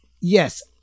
Yes